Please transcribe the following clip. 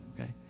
okay